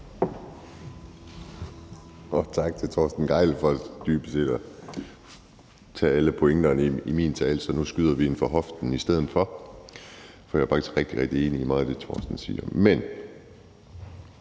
tak til Torsten Gejl for dybest set at tage alle pointerne i min tale. Så nu skyder vi fra hoften i stedet for, for jeg er faktisk rigtig, rigtig enig i meget af det, hr. Torsten Gejl siger. Men